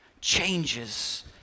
changes